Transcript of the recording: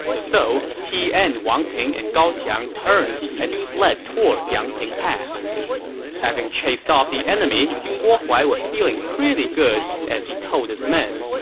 so he and wang ping and gao xiang turned and fled toward yangping pass having chased off the enemy, guo huai was feeling pretty good as he told his men,